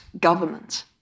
government